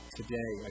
today